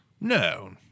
No